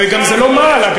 אגב, זה לא מעל.